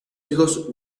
hijos